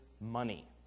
money